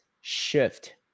shift